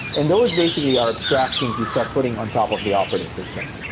and those basically are abstractions you start putting on top of the operating system.